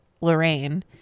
Lorraine